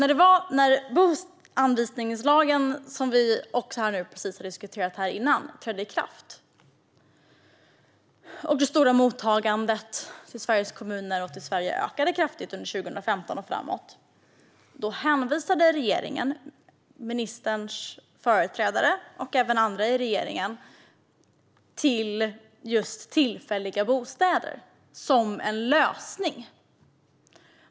När bostadsanvisningslagen, som vi har diskuterat precis innan, trädde i kraft, samtidigt som det stora mottagandet i kommunerna i Sverige ökade kraftigt under 2015 och framåt, hänvisade regeringen, ministerns företrädare och andra i regeringen, till tillfälliga bostäder som en lösning.